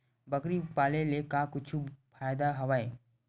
बकरी पाले ले का कुछु फ़ायदा हवय?